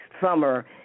summer